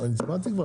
תמיד תיקנו.